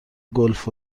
گلف